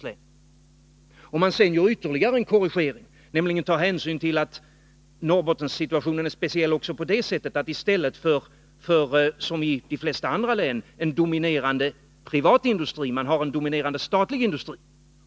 Man kan sedan göra ytterligare en korrigering och ta hänsyn till att Norrbottens situation är speciell också på det sättet att där finns en dominerande statlig industri, i stället för, som i de flesta andra län, en dominerande privat industri.